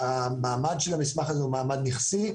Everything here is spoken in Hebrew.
המעמד של המסמך הזה הוא מעמד נכסי,